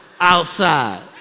outside